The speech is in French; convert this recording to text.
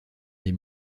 des